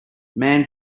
man